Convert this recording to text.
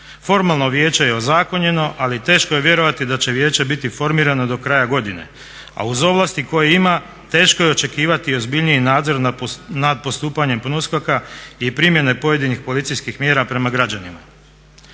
Formalno vijeće je ozakonjeno, ali teško je vjerovati da će vijeće biti formirano do kraja godine, a uz ovlasti koje ima teško je očekivati ozbiljniji nadzor nad postupanjem PNUSKOK-a i primjene pojedinih policijskih mjera prema građanima.